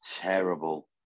terrible